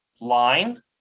line